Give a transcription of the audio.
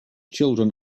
children